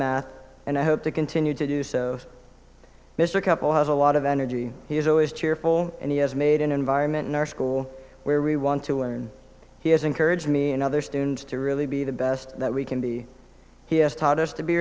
math and i hope to continue to do so mr couple has a lot of energy he is always cheerful and he has made an environment in our school where we want to and he has encouraged me and other students to really be the best that we can be he has taught us to be